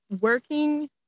working